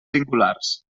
singulars